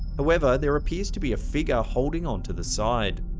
however there appears to be a figure holding on to the side.